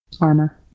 Armor